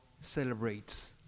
celebrates